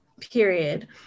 period